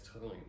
time